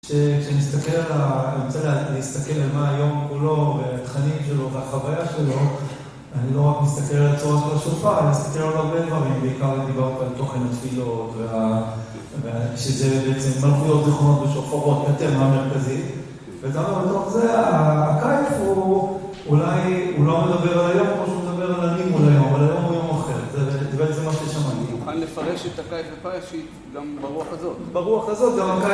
כשאני רוצה להסתכל על מה היום כולו, בתכנים שלו והחוויה שלו אני לא רק מסתכל על צורת השופעה, אני מסתכל על הרבה דברים בעיקר דיברתי על תוכנות פיזו ושזה בעצם מלפיות, זיכרונות ושוחרות יותר מהמרכזית וגם לתוך זה הקיף הוא אולי הוא לא מדבר על היום כמו שהוא מדבר על ענין אולי אבל היום הוא יום אחר, וזה בעצם מה ששמעתי מוכן לפרש את הקיף בפרשית גם ברוח הזאת ברוח הזאת גם